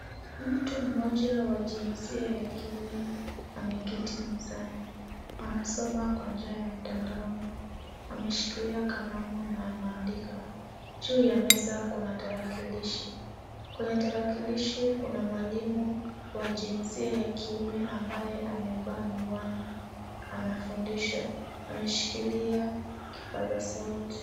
Mtu mmoja wa jinsia ya kiume ameketi mezani. Anasoma kwa njia ya mtandaoni. Ameshikilia kalamu na anaandika. Juu ya meza kuna tarakilishi. Kuna tarakilishi, kuna mwalimu wa jinsia ya kiume ambaye amevaa miwani anafundisha. Ameshikilia kipaza sauti.